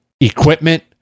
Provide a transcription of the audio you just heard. equipment